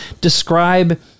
describe